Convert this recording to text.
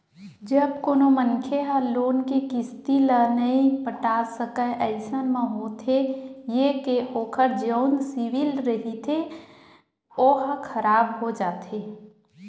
जब कोनो मनखे ह लोन के किस्ती ल नइ पटा सकय अइसन म होथे ये के ओखर जउन सिविल रिहिथे ओहा खराब हो जाथे